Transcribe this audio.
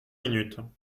minutes